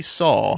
saw